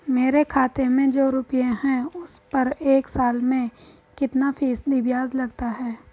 मेरे खाते में जो रुपये हैं उस पर एक साल में कितना फ़ीसदी ब्याज लगता है?